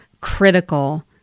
critical